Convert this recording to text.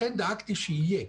לכן דאגתי שיהיה.